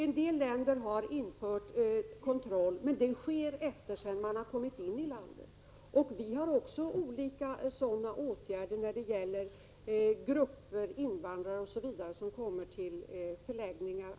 En del länder gör kontroller efter det att de resande kommit in i landet. Vi gör också HIV-tester på invandrare och andra som kommer till olika förläggningar.